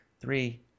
Three